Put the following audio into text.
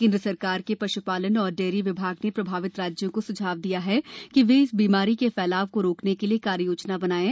केन्द्र सरकार के पशुपालन और डेयरी विभाग ने प्रभावित राज्यों को सुझाव दिया है कि वे इस बीमारी के फैलाव को रोकने के लिए कार्ययोजना बनाएं